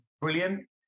brilliant